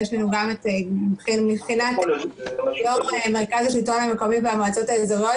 מבחינת יו"ר מרכז השלטון והמועצות האזוריות,